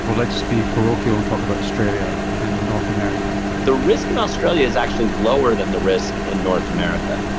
but let's be parochial and talk about australia and north america. the risk in australia is actually lower than the risk in north america.